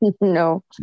No